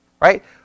right